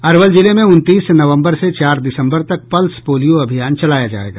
अरवल जिले में उनतीस नवंबर से चार दिसंबर तक पल्स पोलियो अभियान चलाया जाएगा